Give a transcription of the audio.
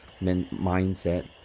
mindset